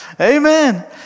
Amen